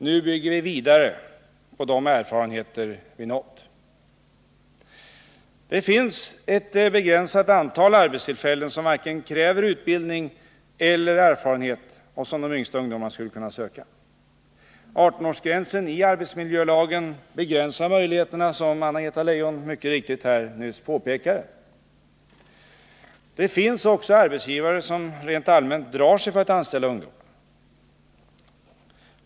Nu bygger vi vidare på de erfarenheter vi uppnått. Det finns ett begränsat antal arbetstillfällen, som varken kräver utbildning eller erfarenhet och som de yngsta ungdomarna skulle kunna söka. 18-årsgränsen i arbetsmiljölagen begränsar möjligheterna, som Anna-Greta Leijon mycket riktigt här nyss påpekade. Det finns också arbetsgivare som rent allmänt drar sig för att anställa ungdomar.